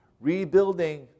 Rebuilding